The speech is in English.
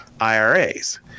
IRAs